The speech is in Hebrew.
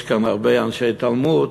יש כאן הרבה אנשי תלמוד.